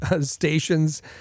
stations